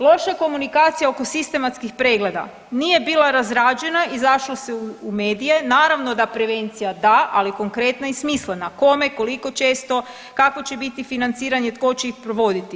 Loša komunikacija oko sistematskih pregleda, nije bila razrađena, izašlo se u medije, naravno da prevencija da, ali konkretna i smislena, kome, koliko često, kako će biti financiranje, tko će ih provoditi.